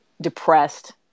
depressed